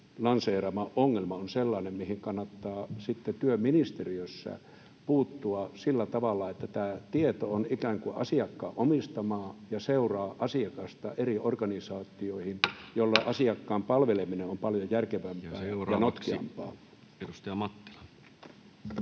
lanseeraama ongelma on sellainen, mihin kannattaa työministeriössä puuttua sillä tavalla, että tämä tieto on ikään kuin asiakkaan omistamaa ja seuraa asiakasta eri organisaatioihin, jolloin asiakkaan palveleminen on paljon järkevämpää ja notkeampaa? Seuraavaksi edustaja Mattila.